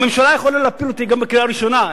הממשלה יכולה להפיל אותי גם בקריאה ראשונה,